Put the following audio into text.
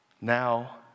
now